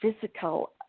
physical